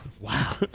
Wow